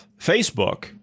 Facebook